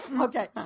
Okay